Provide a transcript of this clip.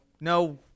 no